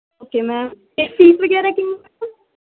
okay ma'am ਅਤੇ fees ਵਗੈਰਾ ਕਿੰਨੀ ਹੈ ਮੈਮ